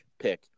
pick